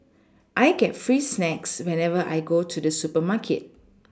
I get free snacks whenever I go to the supermarket